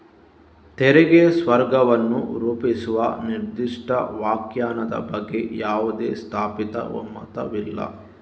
ತೆರಿಗೆ ಸ್ವರ್ಗವನ್ನು ರೂಪಿಸುವ ನಿರ್ದಿಷ್ಟ ವ್ಯಾಖ್ಯಾನದ ಬಗ್ಗೆ ಯಾವುದೇ ಸ್ಥಾಪಿತ ಒಮ್ಮತವಿಲ್ಲ